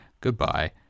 Goodbye